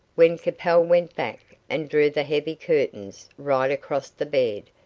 when capel went back and drew the heavy curtains right across the bed,